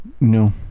No